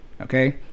okay